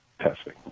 testing